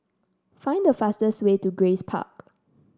find the fastest way to Grace Park